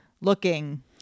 looking